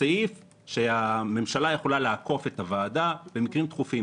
הסעיף שהממשלה יכולה לעקוף את הוועדה במקרים דחופים.